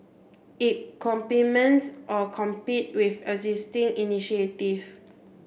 it complements or competes with existing initiative